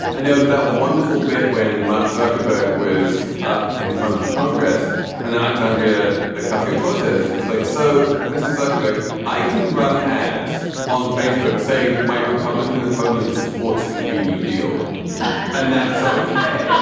and there was that wonderful bit when mark zuckerberg was up in front of congress in and alexandria a coffee of quarters was like so mr. zuckerberg i can run ads on facebook saying that my republican opponent supports the green new deal and that's ah ok. yeah